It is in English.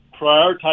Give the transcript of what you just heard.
prioritize